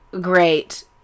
great